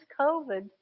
COVID